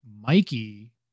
Mikey